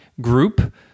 group